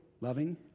Loving